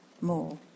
more